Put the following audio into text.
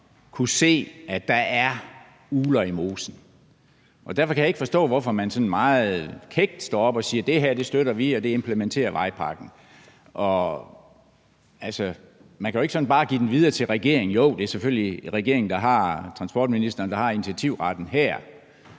kunnet se, at der er ugler i mosen. Og derfor kan jeg ikke forstå, hvorfor man sådan meget kækt står og siger: Det her, det støtter vi, og det implementer vejpakken. Altså, man kan jo ikke bare sådan give den videre til regeringen. Jo, det er selvfølgelig transportministeren, der har initiativretten her,